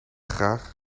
graag